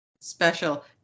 special